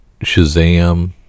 shazam